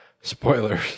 spoilers